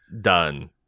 Done